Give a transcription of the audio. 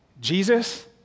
Jesus